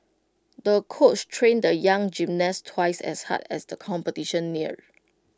the coach trained the young gymnast twice as hard as the competition neared